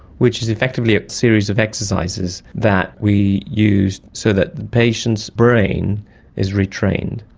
which is effectively a series of exercises that we use so that the patient's brain is re-trained.